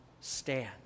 stand